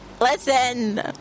Listen